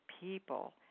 people